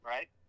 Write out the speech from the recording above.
Right